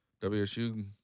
WSU